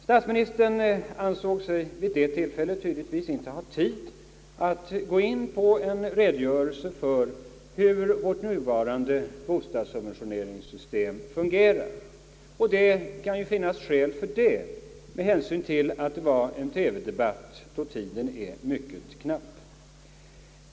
Statsministern ansåg sig vid det tillfället tydligtvis inte ha tid att gå in på en redogörelse för hur vårt nuvarande bostadssubventioneringssystem fungerar, och det kunde ju finnas skäl för det med hänsyn till att det var en TV-debatt, då tiden är mycket knapp.